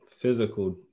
physical